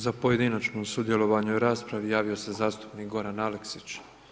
Za pojedinačno sudjelovanje u raspravi javio se zastupnik Goran Aleksić.